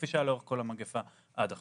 כפי שהיה לאורך כל המגפה עד עכשיו.